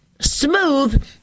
smooth